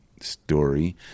story